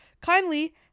kindly